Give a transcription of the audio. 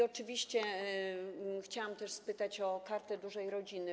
Oczywiście chciałam też spytać o Kartę Dużej Rodziny.